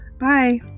Bye